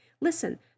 listen